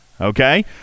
Okay